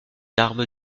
armes